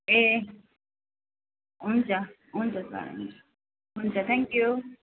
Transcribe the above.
ए हुन्छ हुन्छ सर हुन्छ हुन्छ थ्याङ्क यू